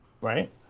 Right